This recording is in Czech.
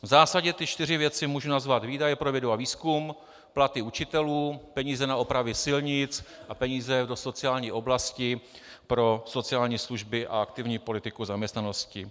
V zásadě ty čtyři věci můžu nazvat výdaje pro vědu a výzkum, platy učitelů, peníze na opravy silnic a peníze do sociální oblasti pro sociální služby a aktivní politiku zaměstnanosti.